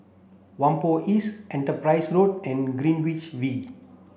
Whampoa East Enterprise Road and Greenwich V